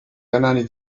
canali